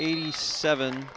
eighty seven